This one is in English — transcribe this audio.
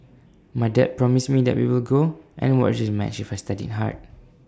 my dad promised me that we will go and watch this match if I studied hard